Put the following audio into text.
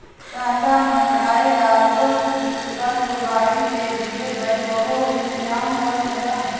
चाचा मैं किराएदार को सूचित कर बुवाई के लिए बैकहो इंतजाम करलूंगा